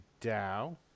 Dow